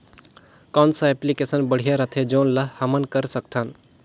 कौन सा एप्लिकेशन बढ़िया रथे जोन ल हमन कर सकथन?